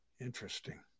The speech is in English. Interesting